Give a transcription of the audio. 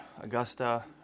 Augusta